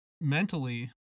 mentally